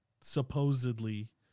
supposedly